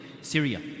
Syria